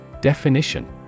Definition